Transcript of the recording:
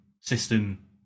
system